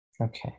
Okay